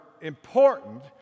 important